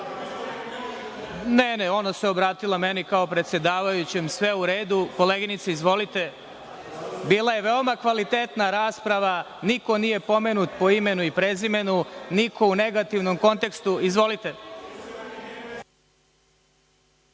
diskusija. Ona se obratila meni kao predsedavajućem. Sve je u redu. Koleginice izvolite. Bila je veoma kvalitetna rasprava. Niko nije pomenut po imenu i prezimenu. Niko u negativnom kontekstu. Izvolite.